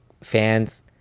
fans